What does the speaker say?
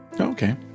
Okay